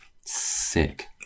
sick